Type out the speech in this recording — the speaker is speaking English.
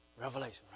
Revelation